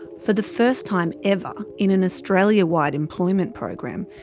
for the first time ever, in an australia wide employment program,